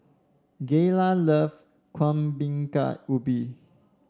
Gayla love Kuih Bingka Ubi